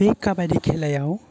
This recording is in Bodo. बे खाबादि खेलायाव